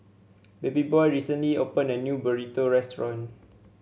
Babyboy recently opened a new Burrito Restaurant